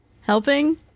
helping